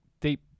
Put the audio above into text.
deep